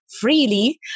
freely